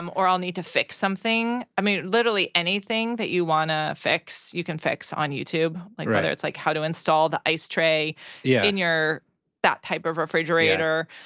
um or i'll need to fix something. i mean, literally anything that you wanna fix, you can fix on youtube. like, whether it's like how to install the ice tray yeah and in that type of refrigerator.